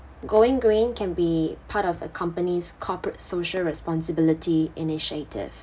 going green can be part of a company's corporate social responsibility initiative